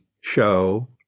show